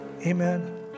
Amen